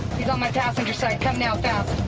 he's on my passenger side, come now fast.